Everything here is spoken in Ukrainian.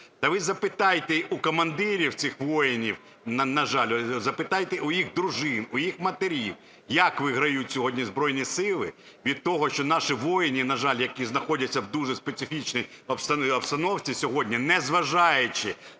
Та ви запитайте у командирів цих воїнів, на жаль, запитайте у їх дружин, у їх матерів, як виграють сьогодні Збройні Сили від того, що наші воїни, на жаль, які знаходяться в дуже специфічній обстановці сьогодні, незважаючи